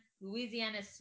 Louisiana